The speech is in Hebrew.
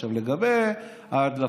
עכשיו, לגבי ההדלפות: